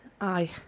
Aye